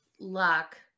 luck